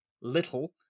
little